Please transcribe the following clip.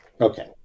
Okay